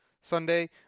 Sunday